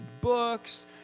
books